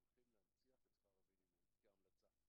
הולכים להנציח את שכר המינימום כהמלצה.